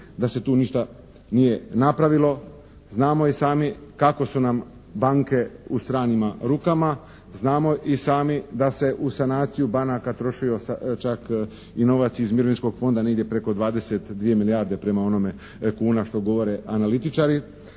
da se tu ništa nije napravilo. Znamo i sami kako su nam banke u stranim rukama. Znamo i sami da se u sanaciju banaka trošio čak i novac iz Mirovinskog fonda, negdje preko 22 milijarde, prema onome kuna što govore analitičari.